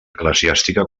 eclesiàstica